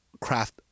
craft